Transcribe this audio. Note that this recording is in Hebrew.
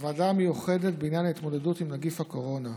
בוועדה המיוחדת בעניין ההתמודדות עם נגיף הקורונה,